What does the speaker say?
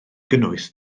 gynnwys